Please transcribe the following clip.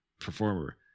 Performer